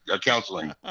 counseling